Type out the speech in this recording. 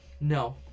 No